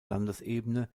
landesebene